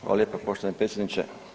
Hvala lijepa poštovani predsjedniče.